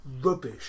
rubbish